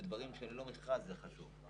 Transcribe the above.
בדברים שללא מכרז זה חשוב.